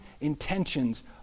intentions